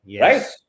Right